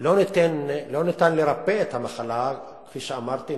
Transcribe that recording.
לא ניתן לרפא את המחלה, כפי שאמרתי.